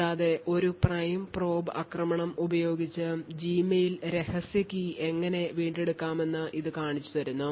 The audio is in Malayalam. കൂടാതെ ഒരു പ്രൈം പ്രോബ് ആക്രമണം ഉപയോഗിച്ച് Gmail രഹസ്യ കീ എങ്ങനെ വീണ്ടെടുക്കാമെന്ന് ഇത് കാണിച്ചുതന്നു